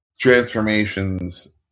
transformations